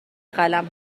قلم